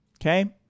okay